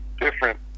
different